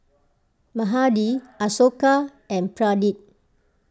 Mahade Ashoka and Pradip